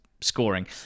scoring